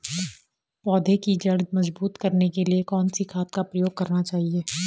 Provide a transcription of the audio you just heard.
पौधें की जड़ मजबूत करने के लिए कौन सी खाद का प्रयोग करना चाहिए?